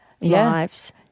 lives